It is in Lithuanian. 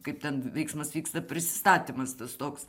kaip ten veiksmas vyksta prisistatymas tas toks